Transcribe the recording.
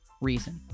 reason